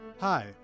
Hi